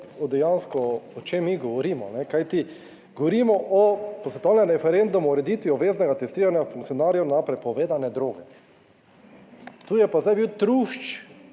dejansko o čem mi govorimo, kajti govorimo o posvetovalnem referendumu o ureditvi obveznega testiranja funkcionarjev na prepovedane droge. Tu je pa zdaj bil trušč